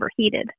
overheated